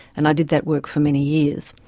and i did that work for many years.